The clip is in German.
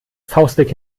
faustdick